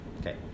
Okay